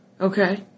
Okay